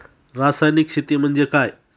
रासायनिक शेती म्हणजे काय?